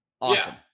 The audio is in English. Awesome